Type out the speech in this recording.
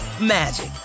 magic